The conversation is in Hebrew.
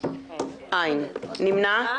אין נמנעים,